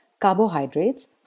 carbohydrates